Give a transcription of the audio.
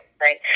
right